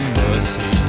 mercy